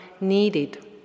needed